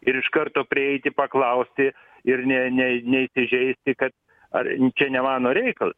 ir iš karto prieiti paklausti ir ne ne neįsižeisti kad ar čia ne mano reikalas